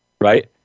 right